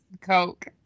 coke